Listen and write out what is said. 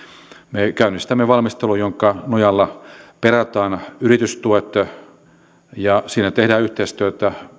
me käynnistämme valmistelun jonka nojalla perataan yritystuet ja siinä tehdään yhteistyötä